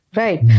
right